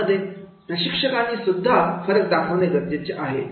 यामध्ये प्रशिक्षकांनी सुद्धा फरक दाखवणे गरजेचे आहे